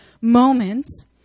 moments